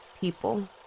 people